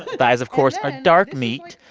thighs, of course, are dark meat,